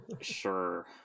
Sure